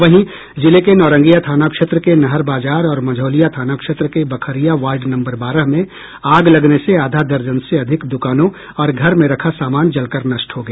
वहीं जिले के नौरंगिया थाना क्षेत्र के नहर बाजार और मंझौलिया थाना क्षेत्र के बखरिया वार्ड नम्बर बारह में आग लगने से आधा दर्जन से अधिक दुकानों और घर में रखा सामान जलकर नष्ट हो गया